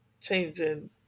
changing